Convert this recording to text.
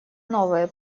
новые